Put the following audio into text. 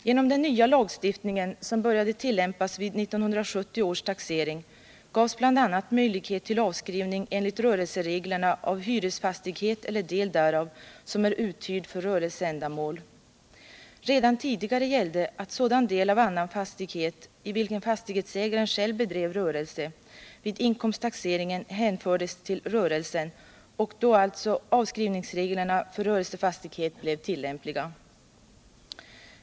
Genom den nya lagstiftningen, som började tillämpas vid 1970 års taxering, gavs bl.a. möjlighet till avskrivning enligt rörelsereglerna av hyresfastighet eller del därav, som är uthyrd för rörelseändamål. Redan tidigare gällde att sådan del av annan fastighet, i vilken fastighetsägaren själv bedrev rörelse vid inkomsttaxeringen, hänfördes till rörelse, och avskrivningsreglerna för rörelsefastigheter blev då alltså tillämpliga.